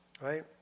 Right